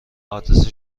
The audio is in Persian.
آدرس